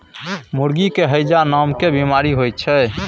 मुर्गी के हैजा नामके बेमारी होइ छै